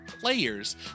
players